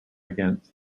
against